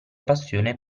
passione